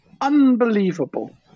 Unbelievable